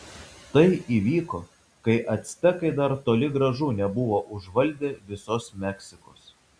tai įvyko kai actekai dar toli gražu nebuvo užvaldę visos meksikos